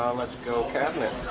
let's go cabinet